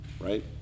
right